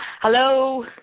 Hello